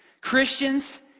Christians